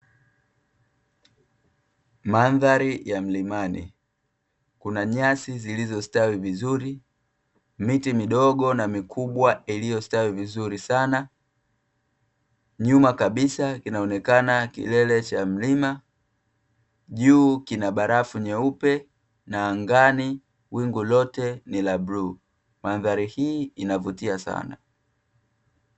Mandhari ya mlimani kuna nyasi zilizostawi vizuri, miti midogo na mikubwa iliyo stawi vizuri sana, nyuma kabisa kinaonekna kilele cha mlima juu kina barafu nyeupe, na angani wingu lote ni la bluu. Mandhari hii inavutia sana.